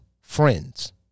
friends